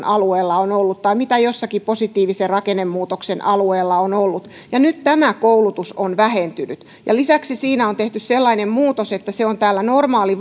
alueella on ollut tai mitä jossakin positiivisen rakennemuutoksen alueella on ollut ja nyt tämä koulutus on vähentynyt lisäksi siinä on tehty sellainen muutos että se on täällä normaalin